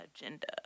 agenda